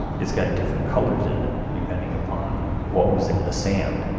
it's got different colors in it depending upon what was in the sand.